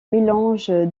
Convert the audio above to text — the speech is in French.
mélange